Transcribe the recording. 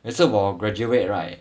也是我 graduate right